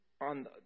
on